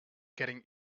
getting